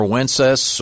Wences